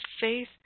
faith